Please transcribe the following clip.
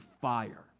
fire